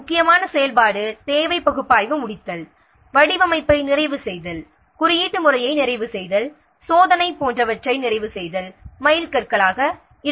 முக்கியமான செயல்பாடுகள் யாவன எனில் தேவையை பகுப்பாய்வு செய்தல் வடிவமைப்பை நிறைவு செய்தல் குறியீட்டு முறையை நிறைவு செய்தல் சோதனை போன்றவற்றை நிறைவு செய்தல் ஆகியவை ஆகும்